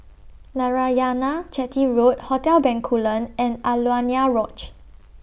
Narayanan Chetty Road Hotel Bencoolen and Alaunia Lodge